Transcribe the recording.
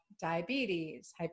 diabetes